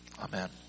Amen